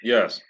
Yes